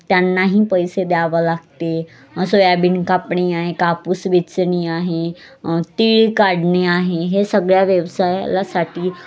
त्यांनाही पैसे द्यावं लागते सोयाबीन कापणी आहे कापूस वेचणी आहे तिळ काढणे आहे हे सगळ्या व्यवसायासाठी